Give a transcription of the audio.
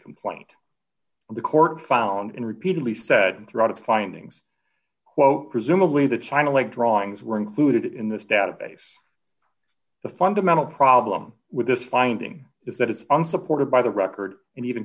compliant the court found and repeatedly said throughout its findings quote presumably the china like drawings were included in this database the fundamental problem with this finding is that it's unsupported by the record and even